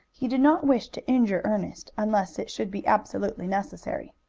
he did not wish to injure ernest unless it should be absolutely necessary.